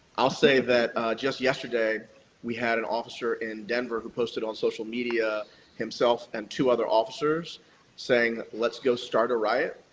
i'll say that just yesterday we had an officer in denver who posted on social media himself and two other officers saying, let's go start a riot.